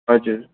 हजुर